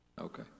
Okay